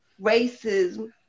racism